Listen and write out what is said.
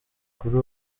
kuri